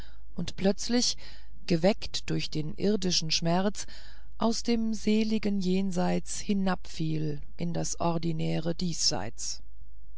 und plötzlich geweckt durch den irdischen schmerz aus dem seligen jenseits hinabfiel in das ordinäre diesseits